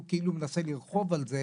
שהוא כאילו מנסה לרכוב על זה.